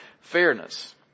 fairness